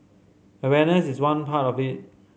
awareness is one part of it